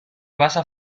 basa